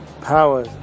power